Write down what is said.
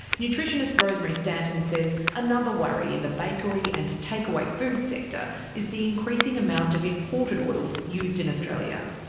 nutritionist rosemary stanton says another worry in the bakery and takeaway food sector is the increasing amount of imported oils used in australia.